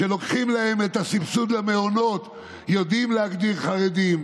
כשלוקחים להם את הסבסוד למעונות יודעים להגדיר חרדים,